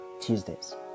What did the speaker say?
Tuesdays